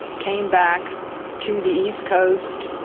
came back to the east coast.